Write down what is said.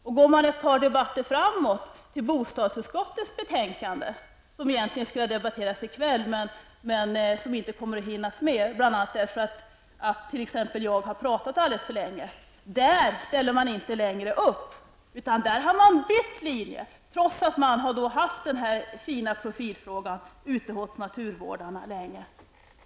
Tänker man sig ett par debatter framåt, till bostadsutskottets betänkande -- som egentligen skulle ha debatterats ikväll, men som inte kommer att hinnas med, bl.a. för att jag har pratat alldeles för länge -- finner vi att man har bytt linje, trots att man har haft den här fina profilfrågan ute hos naturvårdarna länge.